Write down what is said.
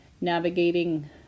navigating